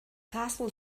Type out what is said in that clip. castle